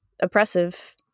oppressive